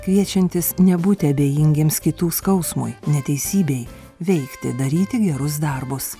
kviečiantis nebūti abejingiems kitų skausmui neteisybei veikti daryti gerus darbus